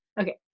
Okay